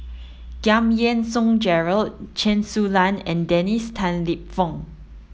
Giam Yean Song Gerald Chen Su Lan and Dennis Tan Lip Fong